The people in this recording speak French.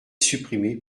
supprimer